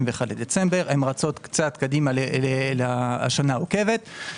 בדצמבר הן רצות קצת קדימה לשנה העוקבת.